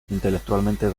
intelectualmente